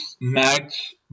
match